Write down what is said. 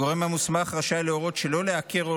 הגורם המוסמך רשאי להורות שלא לעקר או